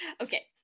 Okay